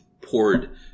poured